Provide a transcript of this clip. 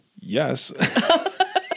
Yes